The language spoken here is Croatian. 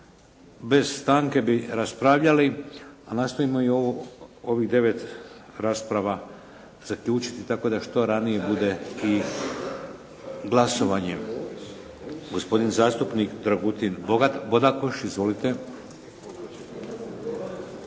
Bez stanke bi raspravljali, a nastojimo i ovih devet rasprava zaključiti tako da što ranije bude i glasovanje. Gospodin zastupnik Dragutin Bodakoš. Izvolite.